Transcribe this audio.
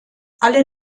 alle